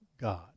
God